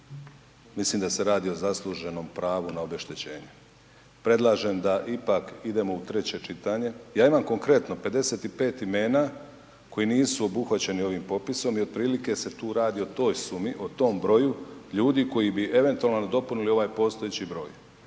mislim da se radi o zasluženom pravu na obeštećenje. Predlažem da ipak idemo u treće čitanje, a imam konkretno 55 imena koji nisu obuhvaćeni ovim popisom i otprilike se tu radi o toj sumi o tom broju ljudi koji bi eventualno nadopunili ovaj postojeći broj.